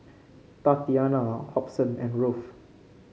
Tatiana Hobson and Ruth